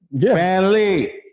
family